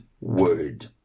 word